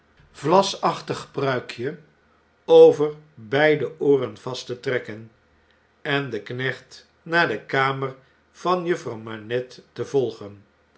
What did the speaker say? vlasachtig pruikje over beide ooren vast te trekken en den knecht naar de kamer van juffrouw manette te volgen